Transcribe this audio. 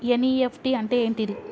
NEFT అంటే ఏంటిది?